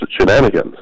shenanigans